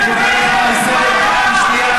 אני קורא אותך לסדר פעם שנייה,